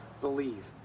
believe